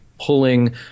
pulling